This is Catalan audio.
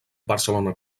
barcelona